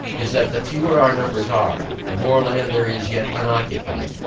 is, that the fewer our numbers are, the more land there is yet unoccupied,